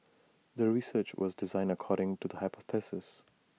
the research was designed according to the hypothesis